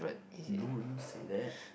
no I don't say that